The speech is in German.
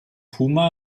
puma